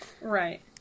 Right